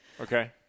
Okay